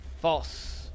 False